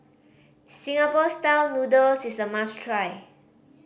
Singapore Style Noodles is a must try